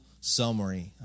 summary